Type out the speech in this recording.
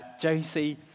Josie